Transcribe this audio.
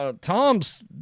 Tom's